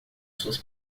suas